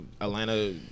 Atlanta